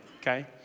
okay